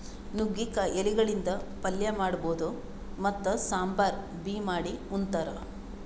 ನುಗ್ಗಿಕಾಯಿ ಎಲಿಗಳಿಂದ್ ಪಲ್ಯ ಮಾಡಬಹುದ್ ಮತ್ತ್ ಸಾಂಬಾರ್ ಬಿ ಮಾಡ್ ಉಂತಾರ್